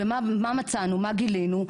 ומה מצאנו, מה גילינו?